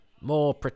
more